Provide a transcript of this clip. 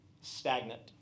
Stagnant